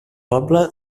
poble